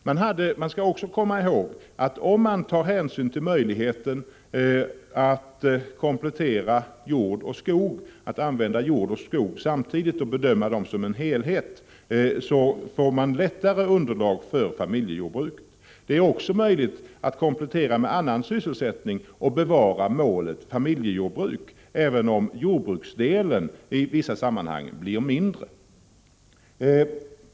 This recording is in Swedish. Man skall också komma ihåg att om man tar hänsyn till möjligheten att använda jord och skog samtidigt och bedöma dem som en helhet, får man lättare underlag för familjejordbruket. Det är också möjligt att komplettera med annan sysselsättning och bevara målet familjejordbruk, även om jordbruksdelen i vissa sammanhang blir mindre.